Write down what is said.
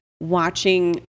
watching